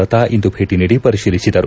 ಲತಾ ಇಂದು ಭೇಟಿ ನೀದಿ ಪರಿಶೀಲಿಸಿದರು